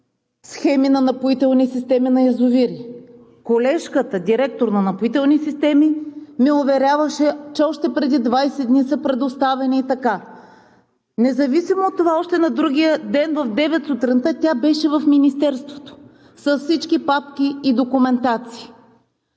схеми на напоителни системи на язовири. Колежката – директор на Напоителни системи, ни уверяваше, че още преди 20 дни са предоставени така. Независимо от това още на другия ден в девет сутринта тя беше в Министерството с всички папки и документации